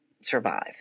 survive